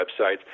websites